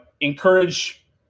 encourage